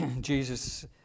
Jesus